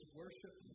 worship